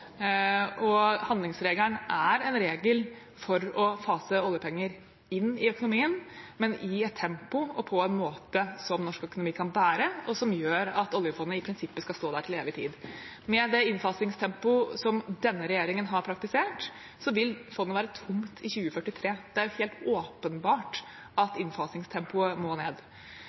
framtiden. Handlingsregelen er en regel for å fase oljepenger inn i økonomien, men i et tempo og på en måte som norsk økonomi kan bære, og som gjør at oljefondet i prinsippet skal stå der til evig tid. Med det innfasingstempoet som denne regjeringen har praktisert, vil fondet være tomt i 2043. Det er helt åpenbart at innfasingstempoet må ned.